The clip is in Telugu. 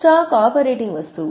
స్టాక్ ఆపరేటింగ్ వస్తువు